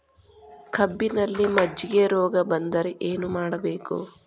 ಕಬ್ಬಿನಲ್ಲಿ ಮಜ್ಜಿಗೆ ರೋಗ ಬಂದರೆ ಏನು ಮಾಡಬೇಕು?